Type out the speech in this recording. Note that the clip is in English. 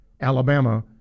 Alabama